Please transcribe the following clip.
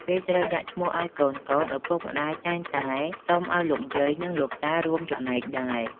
ពេលត្រូវដាក់ឈ្មោះឱ្យកូនៗ ឪពុកម្ដាយតែងតែសុំឱ្យលោកយាយ និងលោកតារួមចំណែកដែរ។